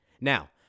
Now